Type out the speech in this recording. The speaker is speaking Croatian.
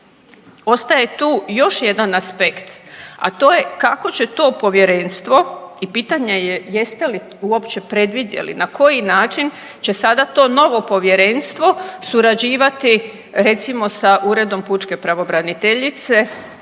Ostaje tu još jedan aspekt, a to je kako će to povjerenstvo i pitanje je jeste li uopće predvidjeli na koji način će sada to novo povjerenstvo surađivati recimo sa Uredom pučke pravobraniteljice